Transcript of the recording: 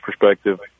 perspective